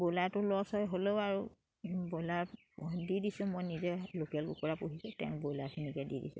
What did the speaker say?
ব্ৰইলাৰটো লছ হয় হ'লেও আৰু ব্ৰইলাৰ দি দিছোঁ মই নিজে লোকেল কুকুৰা পুহি তেওঁক ব্ৰইলাৰখিনিকে দি দিছোঁ